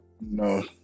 No